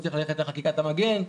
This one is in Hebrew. הוא צריך ללכת לחקיקת המגן,